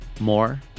More